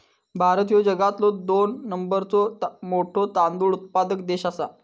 भारत ह्यो जगातलो दोन नंबरचो मोठो तांदूळ उत्पादक देश आसा